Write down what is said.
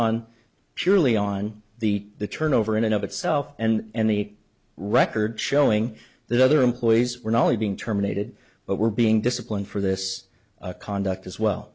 on purely on the the turnover in and of itself and the records showing that other employees were not only being terminated but were being disciplined for this conduct as well